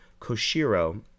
Koshiro